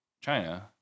China